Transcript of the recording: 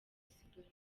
isigaje